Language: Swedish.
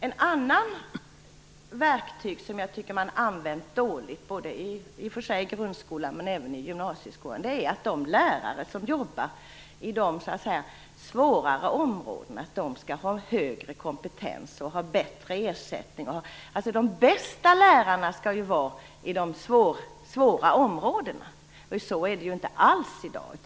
Ett annat verktyg som jag tycker att man har använt dåligt, både i grundskolan och i gymnasieskolan, är att de lärare som arbetar i de "svårare" områdena skall ha högre kompetens och bättre ersättning. De bästa lärarna skall arbeta i de svåra områdena! Så är det ju inte alls i dag.